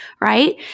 right